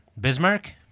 Bismarck